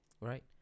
Right